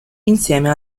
insieme